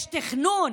יש תכנון,